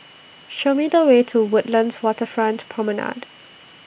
Show Me The Way to Woodlands Waterfront Promenade